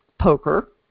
poker